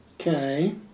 Okay